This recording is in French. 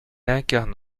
incarne